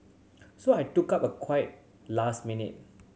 so I took up a quite last minute